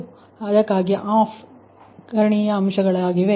ಅದಕ್ಕಾಗಿಯೇ ಅವು ಆಫ್ ಕರ್ಣೀಯ ಅಂಶಗಳಾಗಿವೆ